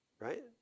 Right